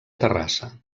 terrassa